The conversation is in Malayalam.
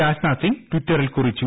രാജ്നാഥ് സിങ് ട്വിറ്ററിൽ കുറിച്ചു